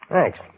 Thanks